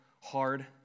hard